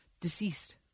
deceased